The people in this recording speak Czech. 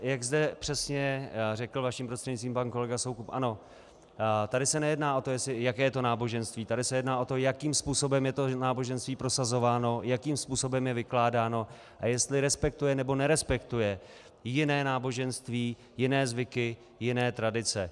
Jak zde přesně řekl vaším prostřednictvím pan kolega Soukup, ano, tady se nejedná o to, jaké to je náboženství, tady se jedná o to, jakým způsobem je to náboženství prosazováno, jakým způsobem je vykládáno a jestli respektuje nebo nerespektuje jiné náboženství, jiné zvyky, jiné tradice.